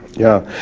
yeah,